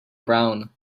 brown